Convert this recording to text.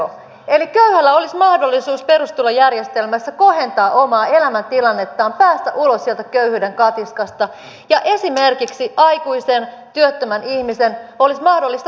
eli köyhällä olisi mahdollisuus perustulojärjestelmässä kohentaa omaa elämäntilannettaan päästä ulos sieltä köyhyyden katiskasta ja esimerkiksi aikuisen työttömän ihmisen olisi mahdollista kouluttautua